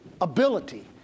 ability